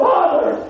Father